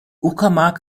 uckermark